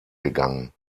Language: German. gegangen